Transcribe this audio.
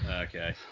Okay